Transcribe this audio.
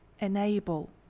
enable